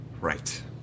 Right